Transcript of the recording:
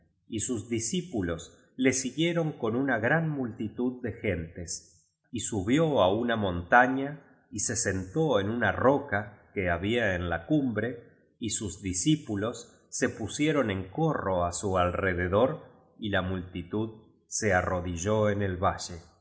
y sus discípulos le siguieron con una gran multitud de gentes y subió á una montaña y se sentó en una roca que había en la cumbre y sus discípulos se pusieron en corro á su alrededor y la multitud se arrodilló en el valle